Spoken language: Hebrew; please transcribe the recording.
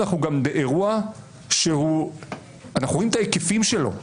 אנחנו גם באירוע שאנחנו רואים את ההיקפים שלו.